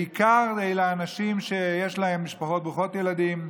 בעיקר אלה אנשים שיש להם משפחות ברוכות ילדים,